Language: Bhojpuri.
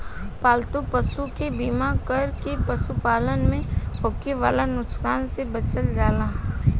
पालतू पशु के बीमा कर के पशुपालन में होखे वाला नुकसान से बचल जाला